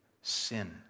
sin